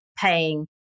paying